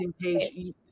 page